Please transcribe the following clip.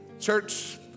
Church